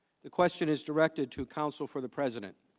the question is directed to counsel for the president